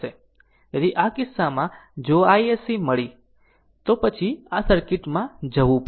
તેથી આ કિસ્સામાં જો iSC મળી તો પછી આ સર્કિટ માં જવું પડશે